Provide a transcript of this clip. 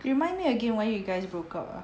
remind me again why you guys broke up ah